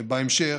ובהמשך,